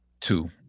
two